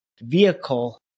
vehicle